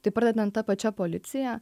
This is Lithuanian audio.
tai pradedant ta pačia policija